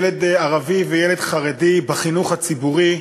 ילד ערבי וילד חרדי בחינוך הציבורי,